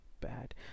bad